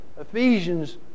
Ephesians